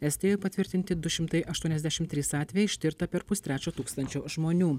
estijoj patvirtinti du šimtai aštuoniasdešimt trys atvejai ištirta per pustrečio tūkstančio žmonių